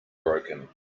broken